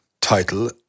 title